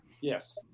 Yes